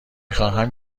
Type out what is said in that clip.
خواهم